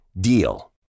DEAL